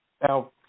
Now